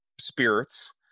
spirits